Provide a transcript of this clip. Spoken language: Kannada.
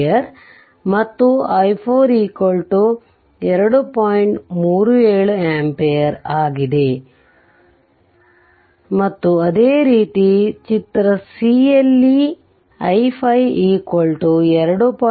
37 amper ಆಗಿದೆ ದಯವಿಟ್ಟು ನಾನು ಇಲ್ಲಿ ಬರೆದ ಎಲ್ಲವನ್ನೂ ಪರಿಹರಿಸಿ ಮತ್ತು ಅದೇ ರೀತಿ ಫಿಗರ್ c ಯಲ್ಲಿ i5 2